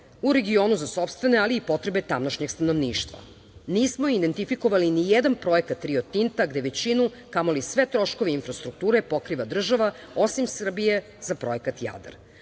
u regionu za sopstvene, ali i potrebe tamnošnjeg stanovništva. Nismo identifikovali ni jedan projekat Rio Tinta gde većinu, kamoli sve troškove infrastrukture pokriva država, osim Srbije, za projekat